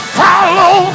follow